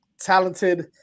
talented